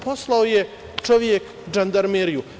Poslao je čovek Žandarmeriju.